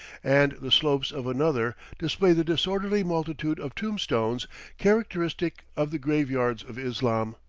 and the slopes of another display the disorderly multitude of tombstones characteristic of the graveyards of islam.